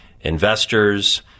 investors